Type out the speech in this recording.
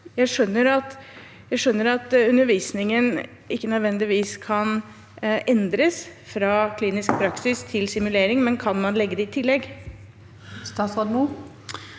Jeg skjønner at undervisningen ikke nødvendigvis kan endres fra klinisk praksis til simulering, men kan man legge det i tillegg? Ingrid Fis